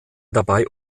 dabei